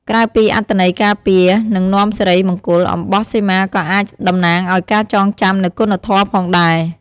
ក្រៅពីអត្ថន័យការពារ និងនាំសិរីមង្គល អំបោះសីមាក៏អាចតំណាងឲ្យការចងចាំនូវគុណធម៌ផងដែរ។